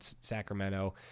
Sacramento